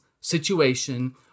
situation